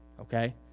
Okay